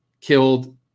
killed